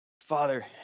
Father